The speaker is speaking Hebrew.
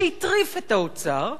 שהטריף את האוצר,